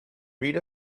meet